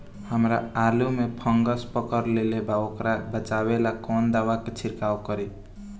हमरा आलू में फंगस पकड़ लेले बा वोकरा बचाव ला कवन दावा के छिरकाव करी?